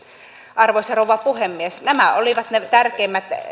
arvoisa rouva puhemies nämä olivat ne tärkeimmät